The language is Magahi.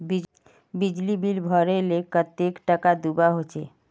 बिजली बिल भरले कतेक टाका दूबा होचे?